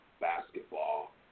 basketball